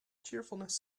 cheerfulness